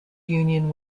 union